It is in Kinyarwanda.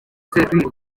serwiri